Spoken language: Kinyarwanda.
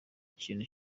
kintu